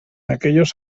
aquellos